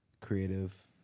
creative